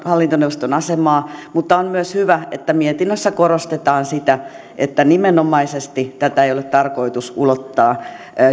hallintoneuvoston asemaa mutta on myös hyvä että mietinnössä korostetaan sitä että nimenomaisesti tätä ohjausta ei ole tarkoitus ulottaa